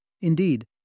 Indeed